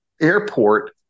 airport